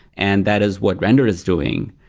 and that is what render is doing,